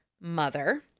mother